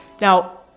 Now